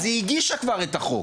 אז היא הגישה כבר את החוק.